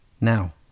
Now